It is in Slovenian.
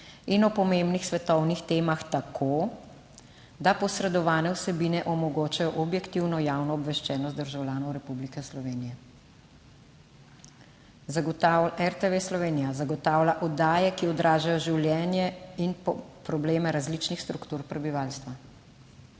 in o pomembnih svetovnih temah tako, da posredovane vsebine omogočajo objektivno javno obveščenost državljanov Republike Slovenije. RTV Slovenija zagotavlja oddaje, ki odražajo življenje in probleme različnih struktur prebivalstva.